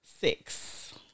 six